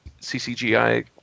CCGI